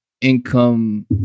income